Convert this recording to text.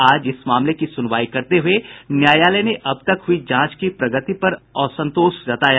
आज इस मामले की सुनवाई करते हुए न्यायालय ने अब तक हुई जांच की प्रगति पर असंतोष जताया